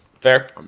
Fair